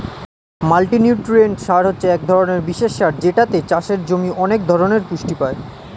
multinutrient সার হচ্ছে এক ধরণের বিশেষ সার যেটাতে চাষের জমি অনেক ধরণের পুষ্টি পায়